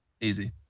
Easy